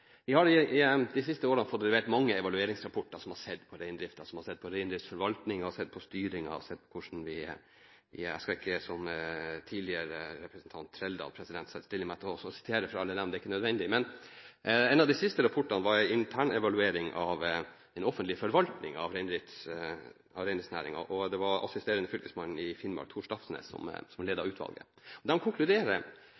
Vi har i de siste årene fått levert mange evalueringsrapporter som har sett på reindriften. Man har sett på reindriftsforvaltningen og på styringen. Jeg skal ikke som representanten Trældal gi meg til å sitere fra alle rapportene. Det er ikke nødvendig. En av de siste rapportene var en intern evaluering av den offentlige forvaltningen av reindriftsnæringen, og det var assisterende fylkesmann i Finnmark, Tor Stafsnes, som ledet utvalget. Utvalget konkluderer – i korthet – med at reindriftsforvaltningen hadde organisert seg på en måte som